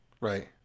Right